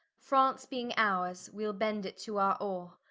france being ours, wee'l bend it to our awe,